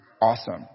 awesome